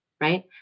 Right